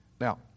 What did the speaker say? Now